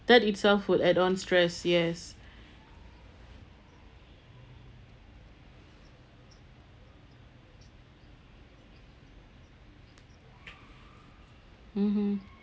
that itself would add on stress yes mmhmm